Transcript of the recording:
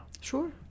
Sure